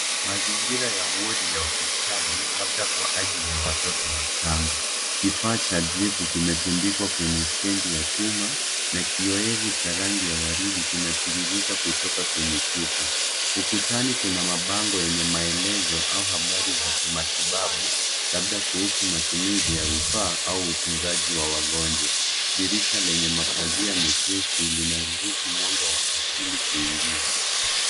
Mazingira ya wodi ya hospitali labda kwa ajili ya watoto wachanga. Kifaa cha dripu kimetundikwa kwenye stendi ya chuma na kiowevu cha rangi ya waridi inatiririka kutoka kwenye chupa. Ukutani kuna mabango yenye maelezo au habari za kimatibabu labda kuhusu matumizi ya vifaa au utunzaji wa wagonjwa. Dirisha lenye mapazia mepesi linaruhusu mwanga wa asili kuingia.